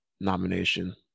nomination